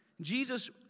Jesus